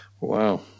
Wow